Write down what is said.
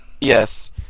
Yes